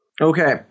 Okay